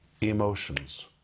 emotions